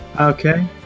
Okay